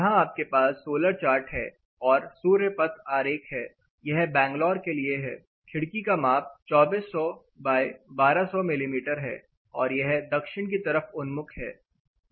यहां आपके पास सोलर चार्ट है और सूर्य पथ आरेख है यह बैंगलोर के लिए है खिड़की का माप 2400x1200 मिमी है और यह दक्षिण की तरफ उन्मुख है